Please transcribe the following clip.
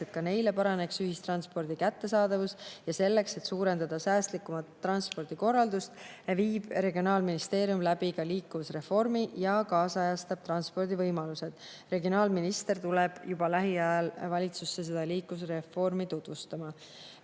et ka neile paraneks ühistranspordi kättesaadavus, ja selleks, et suurendada säästlikumat transpordikorraldust, viib regionaalministeerium läbi liikuvusreformi ja kaasajastab transpordivõimalused. Regionaalminister tuleb juba lähiajal valitsusse liikuvusreformi tutvustama.